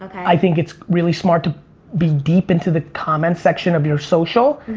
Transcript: i think it's really smart to be deep into the comments section of your social,